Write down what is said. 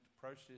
process